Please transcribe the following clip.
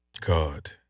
God